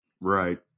Right